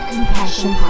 Compassion